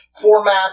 format